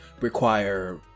require